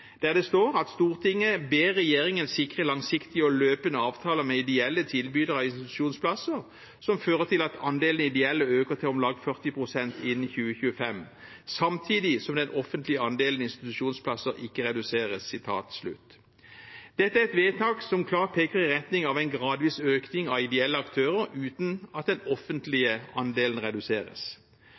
der det står: «Stortinget ber regjeringen sikre langsiktige og løpende avtaler med ideelle tilbydere av institusjonsplasser som fører til at andelen ideelle øker til om lag 40 pst. innen 2025, samtidig som den offentlige andelen institusjonsplasser ikke reduseres.» Dette er et vedtak som klart peker i retning av en gradvis økning av ideelle aktører, uten at den offentlige andelen reduseres.